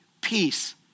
peace